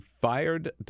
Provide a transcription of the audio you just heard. fired